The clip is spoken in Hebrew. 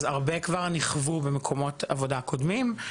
אז הרבה כבר נכוו במקומות עבודה קודמים.